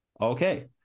Okay